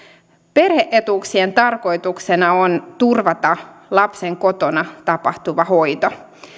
perhe etuuksien tarkoituksena on turvata lapsen kotona tapahtuva hoito